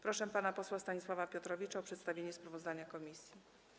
Proszę pana posła Stanisława Piotrowicza o przedstawienie sprawozdania komisji.